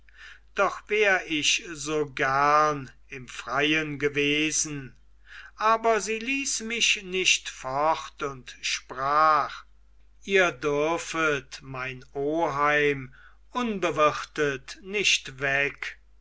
doch wär ich so gern im freien gewesen aber sie ließ mich nicht fort und sprach ihr dürfet mein oheim unbewirtet nicht weg